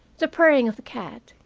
the purring of the cat,